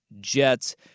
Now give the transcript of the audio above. jets